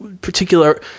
particular